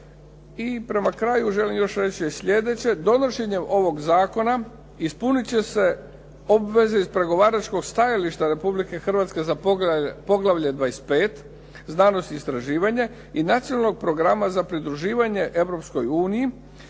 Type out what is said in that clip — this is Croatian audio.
I prema kraju želim reći sljedeće, donošenjem ovog zakona ispunit će se obveze iz pregovaračkog stajališta Republike Hrvatske, za poglavlje – 25. Znanost i istraživanje i Nacionalnog programa za pridruživanje Europskoj uniji,